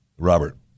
Robert